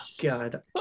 God